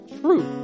truth